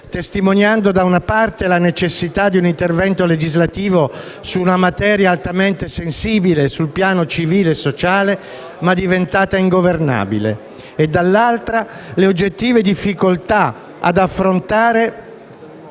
testimoniando da una parte la necessità di un intervento legislativo su una materia altamente sensibile sul piano civile e sociale, ma diventata ingovernabile, e dall'altra le oggettive difficoltà ad affrontare